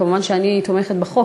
כמובן שאני תומכת בחוק,